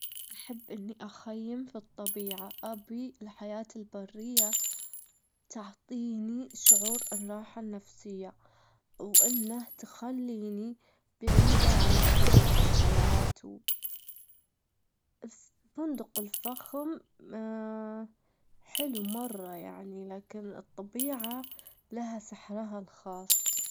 أحب إني أخيم في الطبيعة، أبي الحياة البرية، تعطيني شعور الراحة النفسية، وإنها تخليني بعيدة عن الضغوط الحياة، بس الفندق الفخم حلوة مرة يعني، لكن الطبيعة لها سحرها الخاص.